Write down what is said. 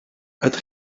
ydych